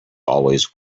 always